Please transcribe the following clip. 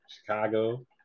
Chicago